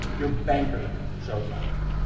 your banker shows up.